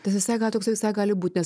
tas visai toksai visai gali būt